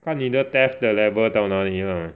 看你的 theft 的 level 到哪里 lah